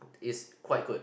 is quite good